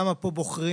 למה פה בוחרים,